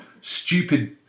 stupid